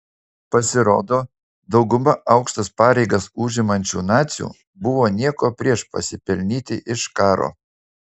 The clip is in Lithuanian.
pasirodo dauguma aukštas pareigas užimančių nacių buvo nieko prieš pasipelnyti iš karo